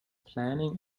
planning